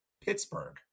Pittsburgh